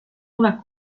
una